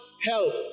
help